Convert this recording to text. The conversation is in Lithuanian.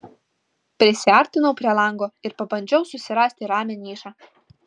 prisiartinau prie lango ir pabandžiau susirasti ramią nišą